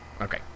Okay